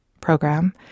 program